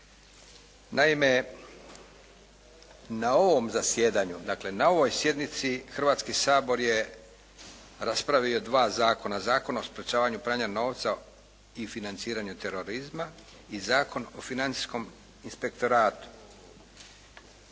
Naime, na ovom zasjedanju, dakle na ovoj sjednici Hrvatski sabor je raspravio 2 zakona, Zakon o sprječavanju pranja novca i financiranje terorizma i Zakon o financijskom inspektoratu.